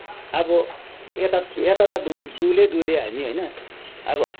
अब यता यता त डुल्यो डुल्यो हामी होइन अब